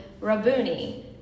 Rabuni